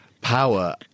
power